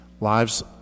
lives